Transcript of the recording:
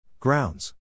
Grounds